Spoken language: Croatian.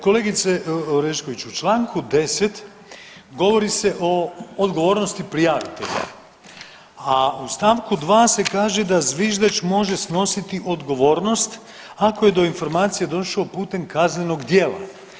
Kolegice Orešković, u čl. 10. govori se o odgovornosti prijavitelja, a u st. 2. se kaže da zviždač može snositi odgovornost ako je do informacije došao putem kaznenog djela.